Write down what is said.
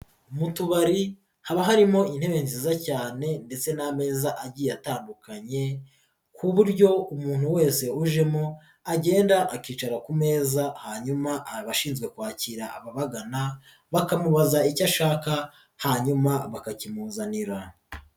Mu tubari haba harimo intebe nziza cyane ndetse n'amezaza agiye atandukanye, ku buryo umuntu wese ujemo agenda akicara ku meza hanyuma abashinzwe kwakira ababagana bakamubaza icyo ashaka hanyuma bakakimuzanira.